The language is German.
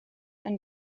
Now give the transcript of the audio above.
ein